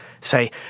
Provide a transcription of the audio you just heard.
say